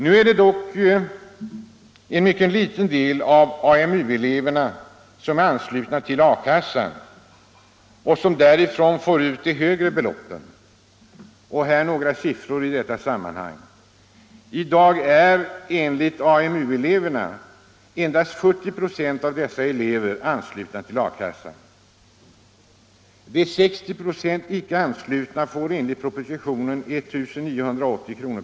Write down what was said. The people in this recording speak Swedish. Nu är det dock en mycket liten del av AMU-eleverna som är anslutna till A-kassan och som därifrån får ut de högre beloppen. Här några siffror i detta sammanhang: I dag är enligt AMU-eleverna själva endast 40 96 av dem anslutna till A-kassan. De 60 procenten icke anslutna får enligt propositionen 1 980 kr.